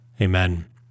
Amen